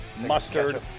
mustard